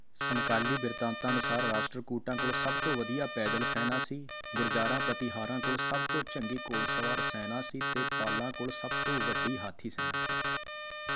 ਸਮਕਾਲੀ ਬਿਰਤਾਂਤਾਂ ਅਨੁਸਾਰ ਰਾਸ਼ਟਰਕੂਟਾਂ ਕੋਲ ਸਭ ਤੋਂ ਵਧੀਆ ਪੈਦਲ ਸੈਨਾ ਸੀ ਗੁਰਜਾਰਾ ਪ੍ਰਤੀਹਾਰਾਂ ਕੋਲ ਸਭ ਤੋਂ ਚੰਗੀ ਘੋੜਸਵਾਰ ਸੈਨਾ ਸੀ ਅਤੇ ਪਾਲਾਂ ਕੋਲ ਸਭ ਤੋਂ ਵੱਡੀ ਹਾਥੀ ਸੈਨਾ ਸੀ